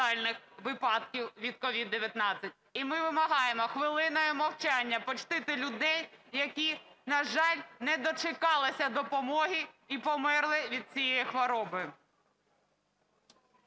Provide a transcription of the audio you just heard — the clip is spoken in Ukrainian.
випадків від COVID-19. І ми вимагаємо хвилиною мовчання почтити людей, які, на жаль, не дочекалися допомоги і померли від цієї хвороби.